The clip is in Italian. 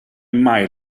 mai